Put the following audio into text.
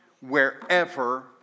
wherever